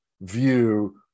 view